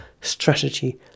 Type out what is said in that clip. Strategy